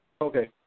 Okay